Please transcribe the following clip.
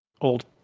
old